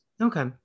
Okay